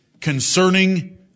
concerning